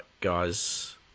guys